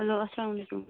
hello اسلام علیکم